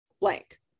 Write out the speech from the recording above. blank